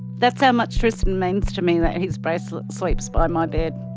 that's how much tristan means to me that his bracelet sleeps by my bed.